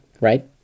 right